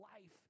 life